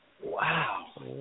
Wow